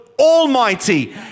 Almighty